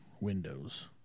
windows